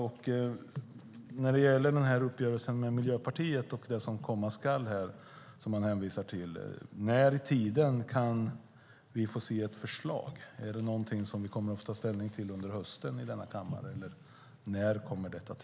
Ministern hänvisar till uppgörelsen med Miljöpartiet och det som komma skall. När i tiden kan vi se ett förslag? Är det något som vi kommer att få ta ställning till under hösten i kammaren? När kommer det?